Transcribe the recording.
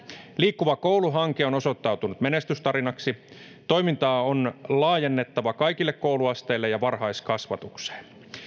liikkuva koulu hanke on osoittautunut menestystarinaksi toimintaa on laajennettava kaikille kouluasteille ja varhaiskasvatukseen liikuntaa